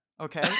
Okay